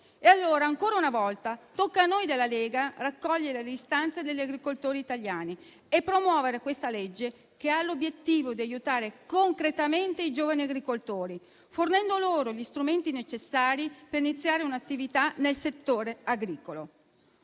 dell'Europa. Ancora una volta, tocca allora a noi della Lega raccogliere le istanze degli agricoltori italiani e promuovere questo disegno di legge che ha l'obiettivo di aiutare concretamente i giovani agricoltori, fornendo loro gli strumenti necessari per iniziare un'attività nel settore agricolo.